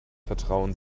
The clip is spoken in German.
vertrauen